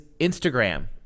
Instagram